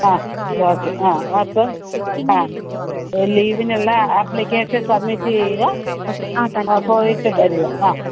ആ ഓക്കെ ആ അപ്പോൾ ആ ലീവിനുള്ള ആപ്ലിക്കേഷൻ സബ്മിറ്റ് ചെയ്യുക ആ പോയിട്ടുവരുക ആ